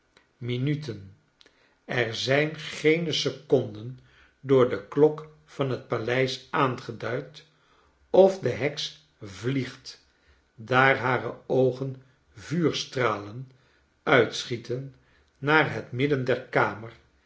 minuten er zijn geene seconden door de klok van het paleis aangeduid of de heks vliegt daar hare oogen vuurstralen uitschieten naar het midden der kamer